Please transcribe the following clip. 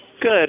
Good